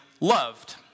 loved